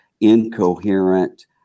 incoherent